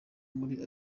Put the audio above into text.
muri